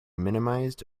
minimized